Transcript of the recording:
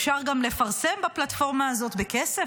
אפשר גם לפרסם בפלטפורמה הזאת בכסף.